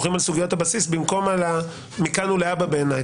הבסיס במקום על המכאן ולהבא בעייני,